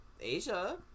Asia